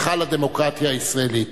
היכל הדמוקרטיה הישראלית.